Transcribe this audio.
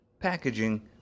Packaging